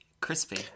Crispy